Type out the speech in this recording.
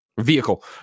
vehicle